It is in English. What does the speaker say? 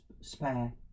spare